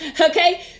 Okay